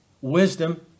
wisdom